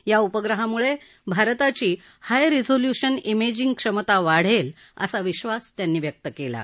या उपग्रहामुळे भारताची हाय रिझॉल्यूशन इमेजिंग क्षमता वाढेल असा विश्वास त्यांनी व्यक्त केला आहे